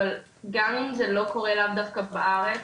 אבל גם אם זה לא קורה לאו דווקא בארץ,